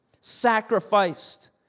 sacrificed